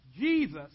Jesus